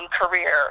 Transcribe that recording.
career